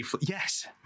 Yes